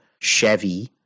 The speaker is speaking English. Chevy